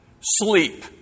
sleep